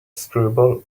screwball